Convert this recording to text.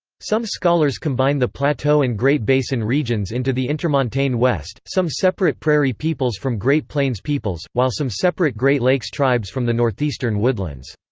some scholars combine the plateau and great basin regions into the intermontane west, some separate prairie peoples from great plains peoples, while some separate great lakes tribes from the northeastern woodlands.